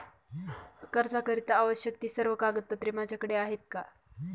कर्जाकरीता आवश्यक ति सर्व कागदपत्रे माझ्याकडे आहेत का?